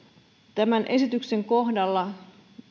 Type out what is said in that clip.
tämän esityksen kohdalla